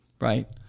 right